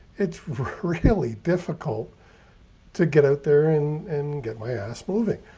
it's really difficult to get out there and and get my ass moving.